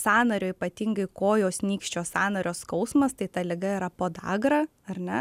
sąnario ypatingai kojos nykščio sąnario skausmas tai ta liga yra podagra ar ne